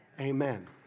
Amen